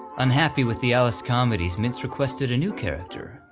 unhappy with the alice comedies, mintz requested a new character.